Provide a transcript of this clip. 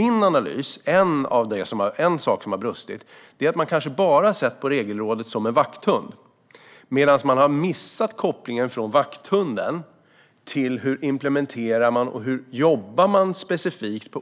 En sak som har brustit är att man kanske bara har sett på Regelrådet som en vakthund, medan man har missat kopplingen mellan vakthunden och hur olika myndigheter implementerar och jobbar specifikt